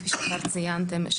כפי שכבר ציינתם.